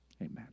amen